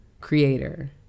creator